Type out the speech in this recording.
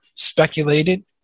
Speculated